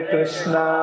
Krishna